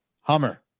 hummer